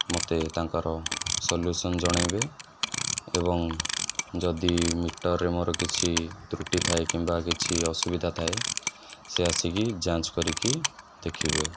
ମତେ ତାଙ୍କର ସଲ୍ୟୁସନ୍ ଜଣେଇବେ ଏବଂ ଯଦି ମିଟର୍ରେ ମୋର କିଛି ତ୍ରୁଟି ଥାଏ କିମ୍ବା କିଛି ଅସୁବିଧା ଥାଏ ସେ ଆସିକି ଯାଞ୍ଚ କରିକି ଦେଖିବେ